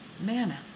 Manna